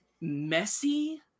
messy